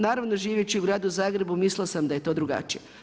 Naravno živeći u gradu Zagrebu mislila sam da je to drugačije.